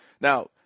Now